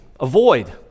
Avoid